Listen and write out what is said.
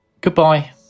Goodbye